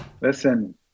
Listen